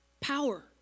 power